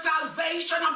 salvation